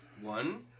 one